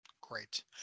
Great